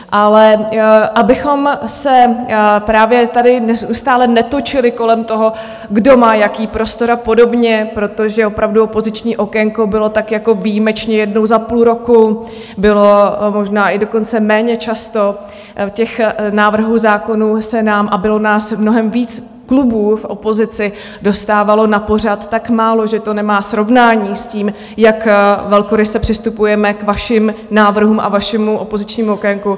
Ale abychom se právě tady neustále netočili kolem toho, kdo má jaký prostor a podobně, protože opravdu opoziční okénko bylo tak jako výjimečně jednou za půl roku, bylo možná i dokonce méně často, těch návrhů zákonů se nám a bylo nás mnohem víc klubů v opozici dostávalo na pořad tak málo, že to nemá srovnání s tím, jak velkoryse přistupujeme k vašim návrhům a vašemu opozičnímu okénku.